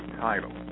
title